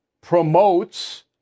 promotes